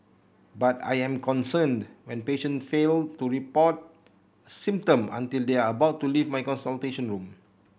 but I am concerned when patients fail to report a symptom until they are about to leave my consultation room